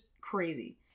crazy